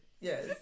yes